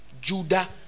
Judah